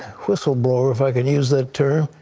whistleblower, if i can use that term,